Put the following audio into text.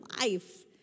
life